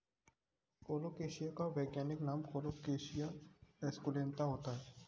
colocasia का वैज्ञानिक नाम कोलोकेशिया एस्कुलेंता होता है